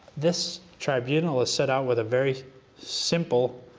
this tribunal is set out with a very simple,